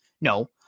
No